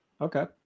okay